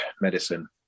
medicine